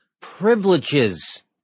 privileges